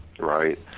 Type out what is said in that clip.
right